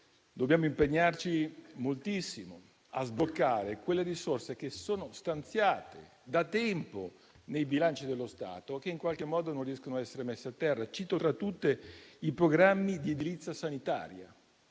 dobbiamo impegnarci moltissimo a sbloccare le risorse stanziate da tempo nei bilanci dello Stato, ma che in qualche modo non riescono a essere messe a terra. Cito, tra tutte, le risorse per i programmi di edilizia sanitaria: